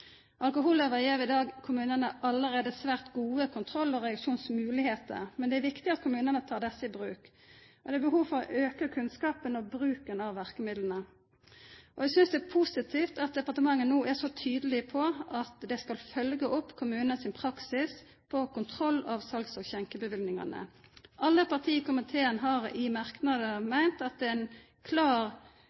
Alkohollova gjev i dag kommunane allereie svært gode kontroll- og reaksjonsmoglegheiter. Det er viktig at kommunane tek desse i bruk. Det er behov for å auka kunnskapen om og bruken av verkemidla. Eg synest det er positivt at departementet er så tydeleg på at dei skal følgja opp kommunanes praksis med kontroll av sal- og skjenkebevillingane. Alle partia i komiteen har i merknadene meint at det er ein klar